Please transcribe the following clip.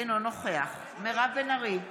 אינו נוכח מירב בן ארי,